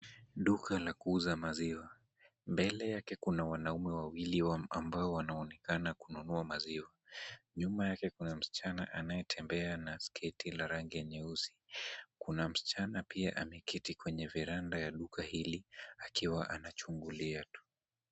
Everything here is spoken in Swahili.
Duka la kuuza maziwa. Mbele yake kuna wanaume wawili ambao wanaonekana kununua maziwa. Nyuma yake kuna msichana anayetembea na sketi la rangi ya nyeusi. Kuna msichana pia ameketi kwenye veranda ya duka hili, akiwa anachungulia tu.